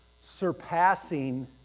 surpassing